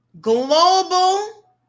Global